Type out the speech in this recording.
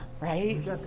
right